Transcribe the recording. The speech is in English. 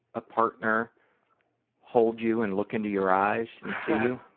a partner hold you and look into your eyes and see